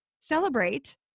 celebrate